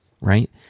right